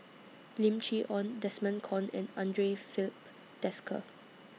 Lim Chee Onn Desmond Kon and Andre Filipe Desker